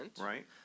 Right